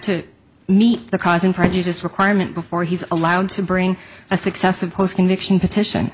to meet the cause and prejudice requirement before he's allowed to bring a successive post conviction petition